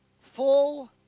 full